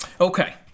Okay